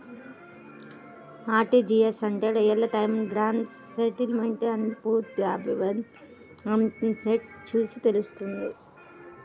RTGS అంటే real time gross settlement అని పూర్తి అబ్రివేషన్ అని నెట్ చూసి తెల్సుకున్నాను